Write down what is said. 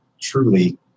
truly